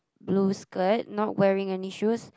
blue skirt not wearing any shoes